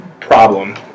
problem